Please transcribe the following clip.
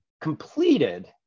completed